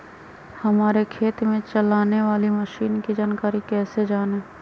हमारे खेत में चलाने वाली मशीन की जानकारी कैसे जाने?